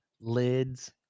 Lids